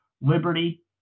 Liberty